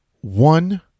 one